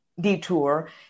detour